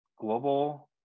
global